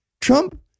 Trump